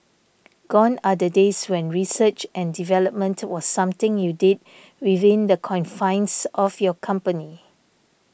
gone are the days when research and development was something you did within the confines of your company